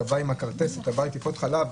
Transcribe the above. אתה בא עם הכרטסת לטיפות חלב.